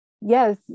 Yes